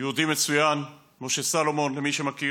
יהודי מצוין, משה סלומון, למי שמכיר.